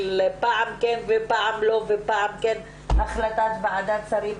פעם כן ופעם לא החלטת ועדת שרים,